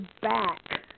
back